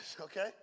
okay